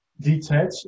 detach